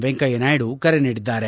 ವೆಂಕಯ್ಯ ನಾಯ್ದ ಕರೆ ನೀಡಿದ್ದಾರೆ